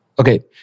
Okay